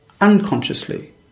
unconsciously